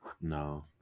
No